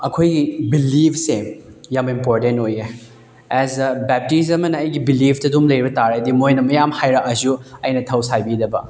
ꯑꯩꯈꯣꯏꯒꯤ ꯕꯤꯂꯤꯞꯁꯦ ꯌꯥꯝ ꯏꯝꯄꯣꯔꯇꯦꯟ ꯑꯣꯏꯌꯦ ꯑꯦꯖ ꯑꯦ ꯕꯦꯞꯇꯤꯁ ꯑꯃꯅ ꯑꯩꯒꯤ ꯕꯤꯂꯤꯞꯇ ꯑꯗꯨꯝ ꯂꯩꯕ ꯇꯥꯔꯒꯗꯤ ꯃꯣꯏꯅ ꯃꯌꯥꯝ ꯍꯥꯏꯔꯛꯑꯁꯨ ꯑꯩꯅ ꯊꯧꯁꯥꯕꯤꯗꯕ